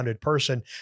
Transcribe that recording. person